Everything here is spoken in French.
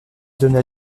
donna